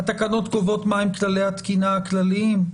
הן קובעות מה כללי התקינה הכלליים.